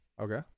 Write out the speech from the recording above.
Okay